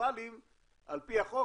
הקטסטרופליים על פי החוק